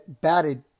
batted